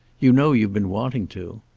you know you've been wanting to.